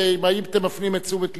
ואם הייתם מפנים את תשומת לבי,